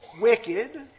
wicked